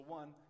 one